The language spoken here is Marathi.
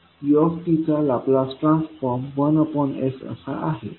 u चा लाप्लास ट्रान्सफॉर्म 1s असा आहे